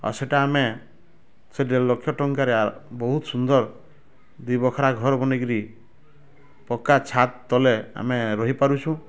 ଆଉ ସେଇଟା ଆମେ ସେଇ ଦେଢ଼ ଲକ୍ଷ ଟଙ୍କାରେ ବହୁତ ସୁନ୍ଦର୍ ଦୁଇ ବଖରା ଘର୍ ବନେଇ କିରି ପକା ଛାତ ତଲେ ଆମେ ରହି ପାରୁଛୁ